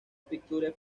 pictures